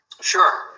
Sure